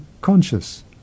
conscious